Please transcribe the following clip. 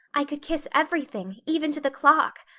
i could kiss everything, even to the clock.